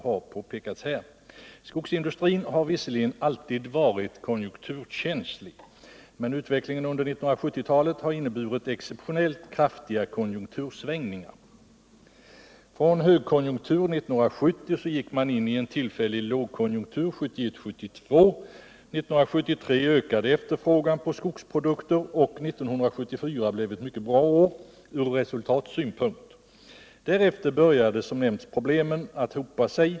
Skogsindustrin har visserligen alltid varit konjunkturkänslig, men utvecklingen under 1970-talet har inneburit exceptionellt kraftiga konjunktursvängningar. Från högkonjunktur 1970 gick man in i en tillfällig lågkonjunktur 1971-1972. 1973 ökade efterfrågan på skogsprodukter, och 1974 blev ett mycket bra år ur resultatsynpunkt. Därefter började som nämnts problemen att hopa sig.